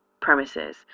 premises